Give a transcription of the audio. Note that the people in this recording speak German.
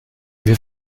wir